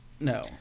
no